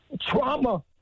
trauma